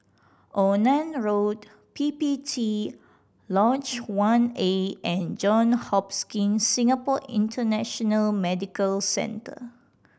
Onan Road P P T Lodge One A and Johns Hopkins Singapore International Medical Centre